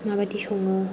माबायदि सङो